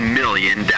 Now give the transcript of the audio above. million